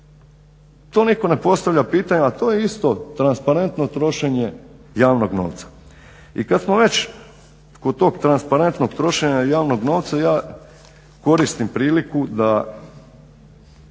To nitko ne postavlja pitanje, a to je isto transparentno trošenje javnog novca. I kada smo već od tog transparentnog trošenja javnog novca ja koristim priliku da